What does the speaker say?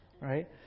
right